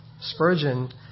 Spurgeon